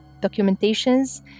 documentations